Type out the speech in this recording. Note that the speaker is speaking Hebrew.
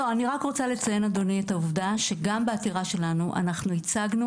אני רק רוצה לציין את העובדה שגם בעתירה שלנו אנחנו הצגנו